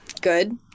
Good